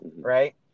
right